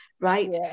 right